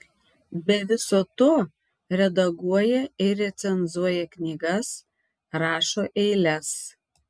be viso to redaguoja ir recenzuoja knygas rašo eiles